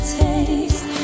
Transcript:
taste